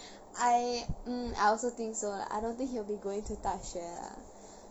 I mm I also think so lah I don't think he'll be going to 大学 lah